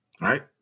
right